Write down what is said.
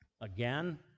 Again